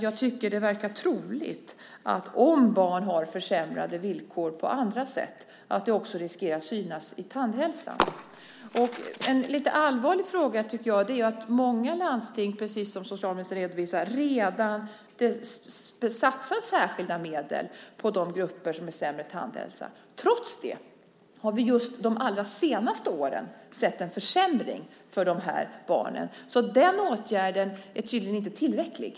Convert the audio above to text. Jag tycker att det verkar troligt att om barn har försämrade villkor på andra sätt riskerar det att synas i tandhälsan. En lite allvarlig fråga, tycker jag, är att trots att många landsting, precis om socialministern redovisar, redan satsar särskilda medel på de grupper som har sämre tandhälsa har vi under de allra senaste åren sett en försämring hos de här barnen. Den åtgärden är tydligen inte tillräcklig.